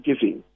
giving